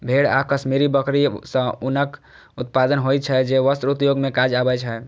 भेड़ आ कश्मीरी बकरी सं ऊनक उत्पादन होइ छै, जे वस्त्र उद्योग मे काज आबै छै